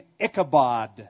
Ichabod